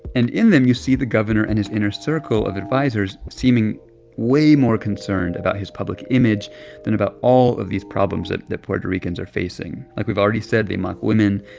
and in them you see the governor and his inner circle of advisers seeming way more concerned about his public image than about all of these problems that that puerto ricans are facing. like, we've already said they mock women.